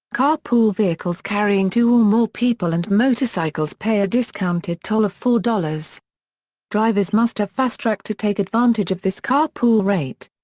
carpool vehicles carrying two or more people and motorcycles pay a discounted toll of four drivers must have fastrak to take advantage of this carpool rate.